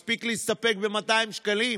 מספיק להסתפק ב-200 שקלים.